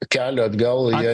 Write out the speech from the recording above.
kelio atgal jie